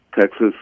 Texas